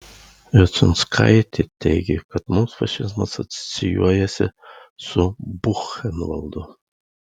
jociunskaitė teigė kad mums fašizmas asocijuojasi su buchenvaldu